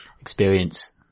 experience